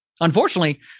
Unfortunately